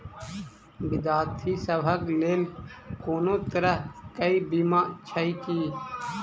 विद्यार्थी सभक लेल कोनो तरह कऽ बीमा छई की?